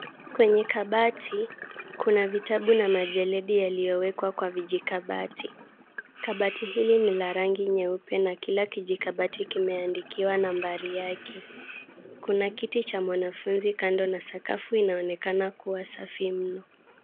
Kwenye kabati kuna vitabu na majeledi yaliyowekwa kwa vijikabati. Kabati hili ni la rangi nyeupe na kila kijikabati kimeandikiwa nambari yake. Kuna kiti cha mwanafunzi kando na sakafu inaonekana kuwa safi mno.